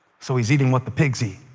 so he's eating what the pigs eat.